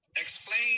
explain